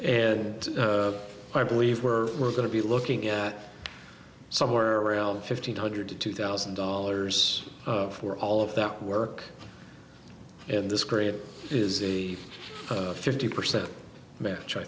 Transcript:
and i believe we're going to be looking at somewhere around fifteen hundred to two thousand dollars for all of that work in this great is a fifty percent match i